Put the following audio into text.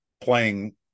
playing